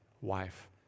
wife